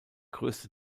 größte